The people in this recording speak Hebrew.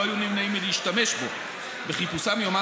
לא היו נמנעים מלהשתמש בו בחיפושם יומם